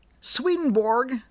Swedenborg